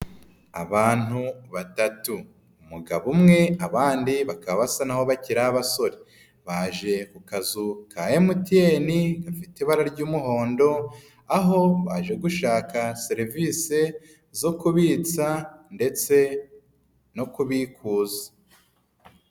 Abantu batatu, umugabo umwe abandi bakaba basa naho bakiri abasore, baje ku kazu ka MTN gafite ibara ry'umuhondo, aho baje gushaka serivisi zo kubitsa ndetse no kubikuza.